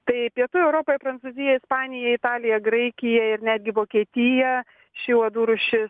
tai pietų europoj prancūzijoj ispanija italija graikija ir netgi vokietija ši uodų rūšis